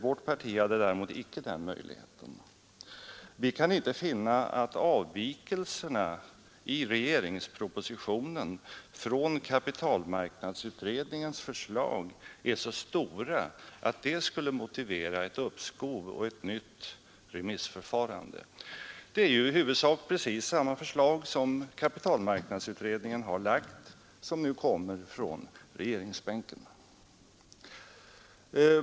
Vårt parti hade däremot icke den möjligheten. Vi kan inte finna att avvikelserna i regeringspropositionen från kapitalmarknadsutredningens förslag är så stora att de skulle motivera ett uppskov och ett nytt remissförfarande. Det är ju i huvudsak precis samma förslag som kapitalmarknadsutredningen har lagt som nu kommer från regeringsbänken.